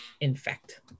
infect